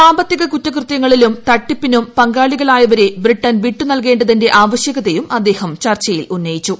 സാമ്പത്തിക കുറ്റകൃത്യങ്ങളിലും തട്ടിപ്പിനും പങ്കാളികളായവരെ ബ്രിട്ടൻ വിട്ടു നൽകേണ്ടതിന്റെ ആവശ്യകതയും അദ്ദേഹം ചർച്ചയിൽ ഉന്നയിച്ചു